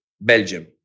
Belgium